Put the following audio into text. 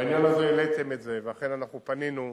בעניין הזה, העליתם את זה, ואכן אנחנו פנינו,